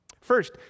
First